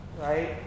right